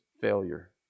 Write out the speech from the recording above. failure